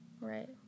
right